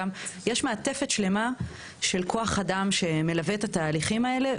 יש מעטפת שלמה של כוח-אדם שמלווה את התהליכים האלה,